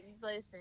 Listen